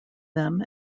them